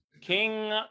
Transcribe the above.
king